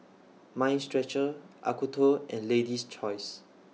Mind Stretcher Acuto and Lady's Choice